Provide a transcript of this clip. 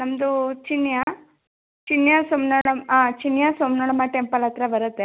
ನಮ್ದು ಚಿನ್ಯಾ ಚಿನ್ಯಾ ಸಮ್ನಾಳಮ್ಮ ಹಾಂ ಚಿನ್ಯಾ ಸಮ್ನಾಳಮ್ಮ ಟೆಂಪಲ್ ಹತ್ತಿರ ಬರುತ್ತೆ